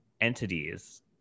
entities